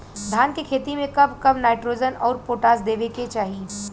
धान के खेती मे कब कब नाइट्रोजन अउर पोटाश देवे के चाही?